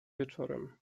wieczorem